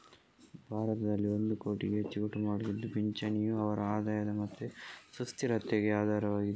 ಭಾರತದಲ್ಲಿ ಒಂದು ಕೋಟಿಗೂ ಹೆಚ್ಚು ಕುಟುಂಬಗಳಿದ್ದು ಪಿಂಚಣಿಯು ಅವರ ಆದಾಯ ಮತ್ತೆ ಸುಸ್ಥಿರತೆಗೆ ಆಧಾರವಾಗಿದೆ